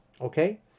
Okay